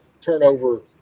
turnover